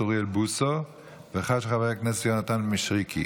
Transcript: אוריאל בוסו והאחת של חבר הכנסת יונתן מישרקי.